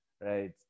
Right